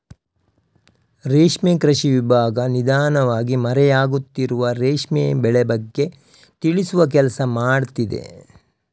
ರೇಷ್ಮೆ ಕೃಷಿ ವಿಭಾಗ ನಿಧಾನವಾಗಿ ಮರೆ ಆಗುತ್ತಿರುವ ರೇಷ್ಮೆ ಬೆಳೆ ಬಗ್ಗೆ ತಿಳಿಸುವ ಕೆಲ್ಸ ಮಾಡ್ತಿದೆ